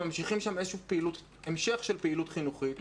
וממשיכים שם המשך של פעילות חינוכית.